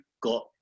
got